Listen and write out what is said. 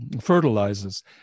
fertilizes